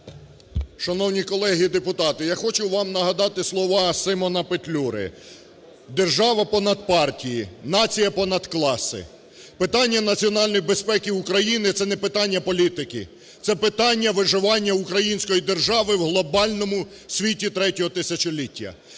Шановні колеги і депутати, я хочу вам нагадати слова Симона Петлюри: "Держава понад партії, нація понад класи". Питання національної безпеки України це не питання політики, це питання виживання української держави в глобальному світі третього тисячоліття.